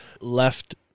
left